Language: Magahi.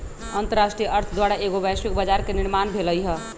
अंतरराष्ट्रीय अर्थ द्वारा एगो वैश्विक बजार के निर्माण भेलइ ह